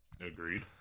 Agreed